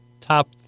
top